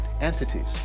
entities